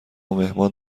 مهمان